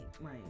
right